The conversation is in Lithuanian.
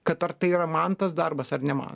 kad ar tai yra man tas darbas ar ne man